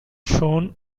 shone